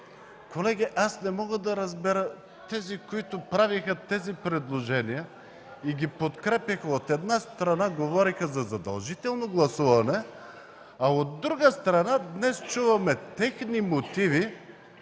Колеги, аз не мога да разбера тези, които правиха тези предложения и ги подкрепяха, от една страна, говореха за задължително гласуване, а от друга страна, днес чуваме техни мотиви